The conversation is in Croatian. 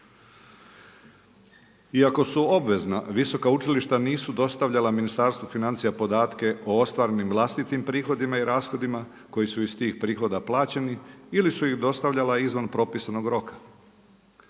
Iako su obvezna visoka učilišta nisu dostavljala Ministarstvu financija podatke o ostvarenim vlastitim prihodima i rashodima koji su iz tih prihoda plaćeni ili su ih dostavljala izvan propisanog roka.